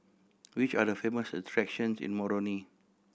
which are the famous attractions in Moroni